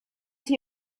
that